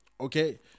Okay